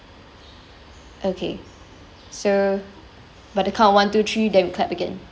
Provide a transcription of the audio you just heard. okay so by the count one two three then we clap again